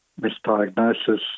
misdiagnosis